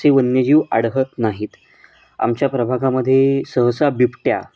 असे वन्यजीव आढळत नाहीत आमच्या प्रभागामध्ये सहसा बिबट्या हा